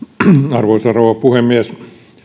arvoisa rouva puhemies